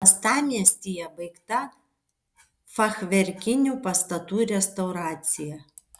uostamiestyje baigta fachverkinių pastatų restauracija